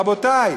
רבותי,